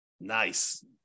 Nice